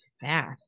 fat